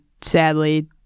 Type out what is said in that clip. sadly